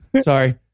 Sorry